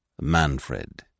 Manfred